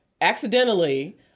accidentally